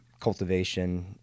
cultivation